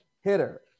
hitter